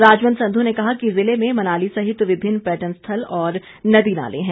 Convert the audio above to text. राजवंत संधू ने कहा कि जिले में मनाली सहित विभिन्न पर्यटन स्थल और नदी नाले हैं